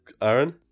Aaron